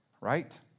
right